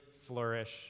flourish